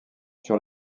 sur